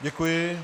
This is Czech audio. Děkuji.